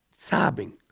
sobbing